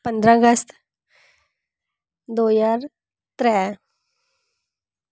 पंदरां अगस्त दौ ज्हार त्रै